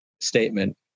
statement